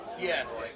Yes